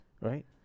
Right